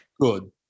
good